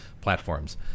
platforms